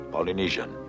Polynesian